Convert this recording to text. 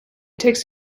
takes